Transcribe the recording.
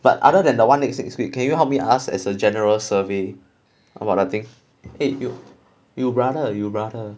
but other than the one next next week can you help me ask as a general survey about the thing eh you you brother you brother